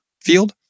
field